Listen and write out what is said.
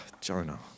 Jonah